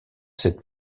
cette